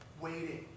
Waiting